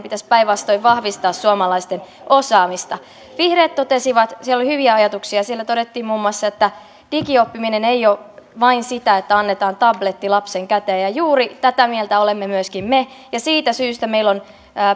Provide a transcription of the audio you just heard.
pitäisi päinvastoin vahvistaa suomalaisten osaamista vihreät totesivat siellä oli hyviä ajatuksia muun muassa että digioppiminen ei ole vain sitä että annetaan tabletti lapsen käteen ja juuri tätä mieltä olemme myöskin me ja siitä syystä meillä on kaksituhattakaksikymmentä luvulla